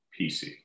PC